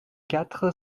quatre